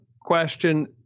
question